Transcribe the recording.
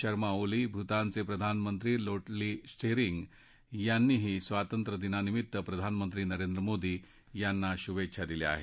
शर्मा ओली भूतानचे प्रधानमंत्री लोटली त्शैरिंग यांनीही स्वातंत्र्यदिना निमित्त प्रधानमंत्री नरेंद्र मोदी यांना शुभेच्छा दिल्या आहेत